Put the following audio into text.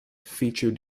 featured